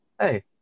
hey